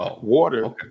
Water